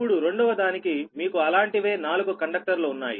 ఇప్పుడు రెండవదానికి మీకు అలాంటివే 4 కండక్టర్లు ఉన్నాయి